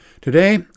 Today